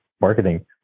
marketing